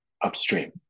upstream